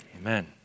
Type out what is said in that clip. Amen